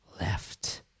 left